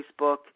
Facebook